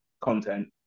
content